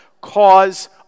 cause